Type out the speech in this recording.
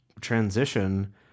transition